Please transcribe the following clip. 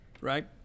right